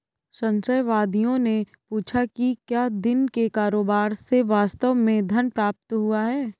संशयवादियों ने पूछा कि क्या दिन के कारोबार से वास्तव में धन प्राप्त हुआ है